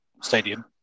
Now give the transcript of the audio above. stadium